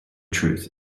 truth